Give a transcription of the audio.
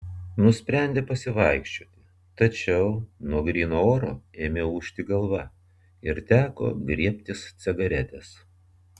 nusprendė pasivaikščioti tačiau nuo gryno oro ėmė ūžti galva ir teko griebtis cigaretės